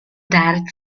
direct